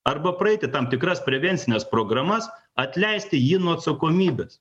arba praeiti tam tikras prevencines programas atleisti jį nuo atsakomybės